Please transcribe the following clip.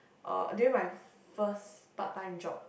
uh during my first part time job